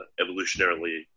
evolutionarily